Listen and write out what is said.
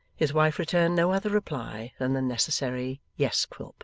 his wife returned no other reply than the necessary yes, quilp